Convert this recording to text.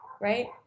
right